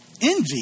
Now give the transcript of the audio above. Envy